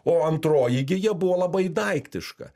o antroji gija buvo labai daiktiška